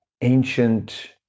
ancient